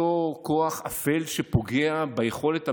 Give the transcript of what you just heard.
אותו כוח אפל שפוגע ביכולת המשילות,